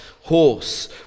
horse